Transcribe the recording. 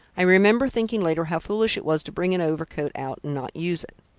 i remember thinking later how foolish it was to bring an overcoat out and not use it.